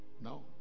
no